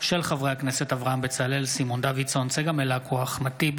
העלייה באחוזי השמנת היתר והעישון והפערים המתרחבים